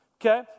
Okay